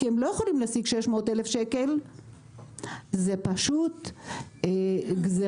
כי הם לא יכולים להשיג 600,000 שקל זו פשוט גזרה